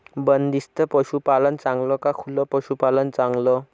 बंदिस्त पशूपालन चांगलं का खुलं पशूपालन चांगलं?